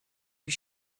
you